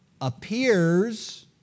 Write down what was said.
appears